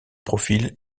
profil